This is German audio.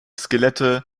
skelette